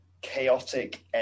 chaotic